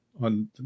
on